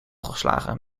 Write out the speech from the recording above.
geslagen